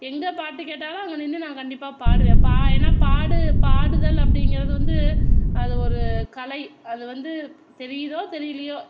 எங்கே பாட்டு கேட்டாலும் அங்கே நின்று நான் கண்டிப்பாக பாடுவேன் பா ஏன்னா பாடு பாடுதல் அப்படிங்குறது வந்து அது ஒரு கலை அது வந்து தெரியுதோ தெரியலியோ